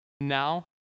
now